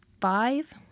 five